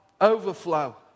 overflow